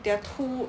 they are too